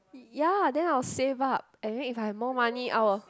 ya then I will save up and if I have more money i will